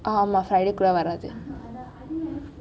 ஆமா:aamaa friday குள்ளாரளை வராது:kullaralai varathu